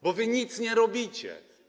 Bo wy nic nie robicie.